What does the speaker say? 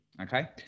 Okay